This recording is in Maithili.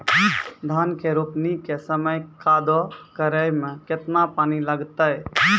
धान के रोपणी के समय कदौ करै मे केतना पानी लागतै?